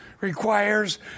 requires